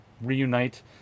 reunite